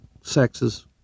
sexes